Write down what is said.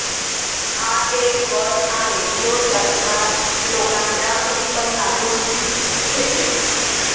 हा एक कर आहे जो सरकार लोकांच्या उत्पन्नातून घेते